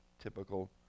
Typical